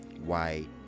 white